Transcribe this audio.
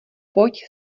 pojď